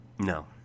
No